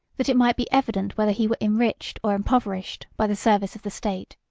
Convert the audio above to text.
that it might be evident whether he were enriched or impoverished by the service of the state.